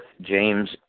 James